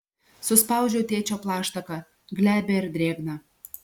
suspaudžiau tėčio plaštaką glebią ir drėgną